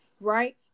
right